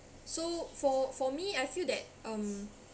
so for for me I feel that um